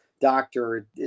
doctor